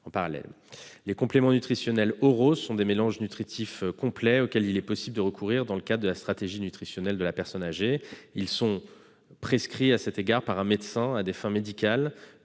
en parallèle. Les compléments nutritionnels oraux sont des mélanges nutritifs complets auxquels il est possible de recourir dans le cadre de la stratégie nutritionnelle de la personne âgée. Ils sont prescrits à cet égard par un médecin, à des fins médicales,